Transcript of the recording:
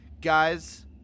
Guys